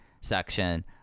section